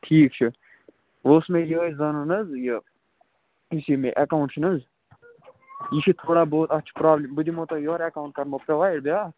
ٹھیٖک چھُ اوس مےٚ یِہَے زانُن حظ یہِ یُس یہِ مےٚ ایٚکاوُنٛٹ چھُنہٕ حظ یہِ چھُ تھوڑا بہت اَتھ چھِ پرٛابلِم بہٕ دِمہو تۄہہِ یورٕ ایٚکاوُنٛٹ کَرہَو پرٛووایِڈ بیٛاکھ